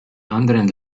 anderen